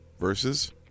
versus